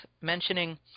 mentioning